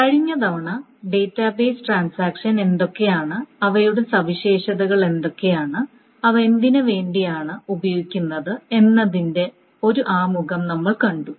കഴിഞ്ഞ തവണ database transaction എന്തൊക്കെയാണ് അവയുടെ സവിശേഷതകൾ എന്തൊക്കെയാണ് അവ എന്തിനുവേണ്ടിയാണ് ഉപയോഗിക്കുന്നത് എന്നതിന്റെ ഒരു ആമുഖം നമ്മൾ കണ്ടു